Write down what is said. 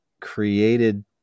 created